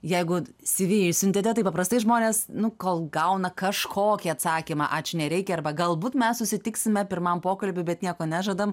jeigu cv išsiuntėte tai taip paprastai žmonės nu kol gauna kažkokį atsakymą ačiū nereikia arba galbūt mes susitiksime pirmam pokalbiui bet nieko nežadam